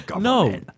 No